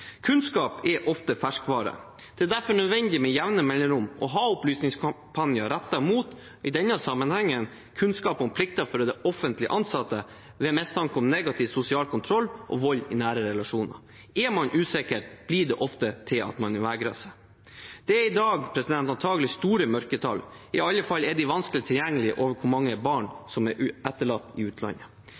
Kunnskap er ofte ferskvare. Det er derfor nødvendig med jevne mellomrom å ha opplysningskampanjer rettet mot, i denne sammenhengen, kunnskap om plikter for offentlige ansatte ved mistanke om negativ sosial kontroll og vold i nære relasjoner. Er man usikker, blir det ofte til at man vegrer seg. Det er i dag antagelig store mørketall, i alle fall er tallene på hvor mange barn som er etterlatt i utlandet,